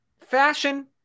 fashion